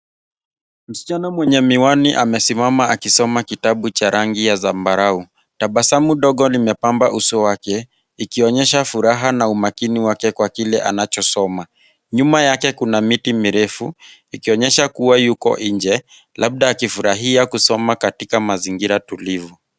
Msichana mwenye miwani amesimama akisoma kitabu cha rangi ya zambarau. Tabasamu dogo limepamba uso wake, ikionyesha furaha na umakini wake kwa kile anachosoma. Nyuma yake kuna miti mirefu, ikionyesha kuwa yuko nje, labda akifurahia kusoma katika mazingira tulivu.